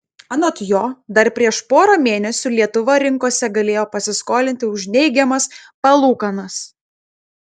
anot jo dar prieš porą mėnesių lietuva rinkose galėjo pasiskolinti už neigiamas palūkanas